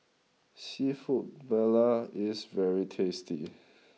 Seafood Paella is very tasty